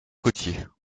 côtiers